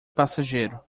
passageiro